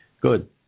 good